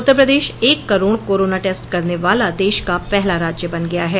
उत्तर प्रदेश एक crore corona test करने वाला देश का पहला राज्य बन गया है